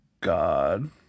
God